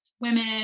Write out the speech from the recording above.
women